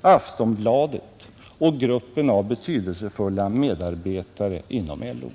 Aftonbladet och gruppen av betydelsefulla medarbetare inom LO?